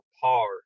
par